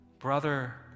brother